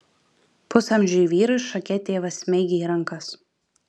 pusamžiui vyrui šake tėvas smeigė į ranką